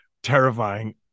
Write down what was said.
terrifying